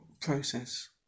process